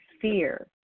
Fear